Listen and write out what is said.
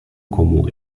como